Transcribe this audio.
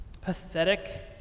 pathetic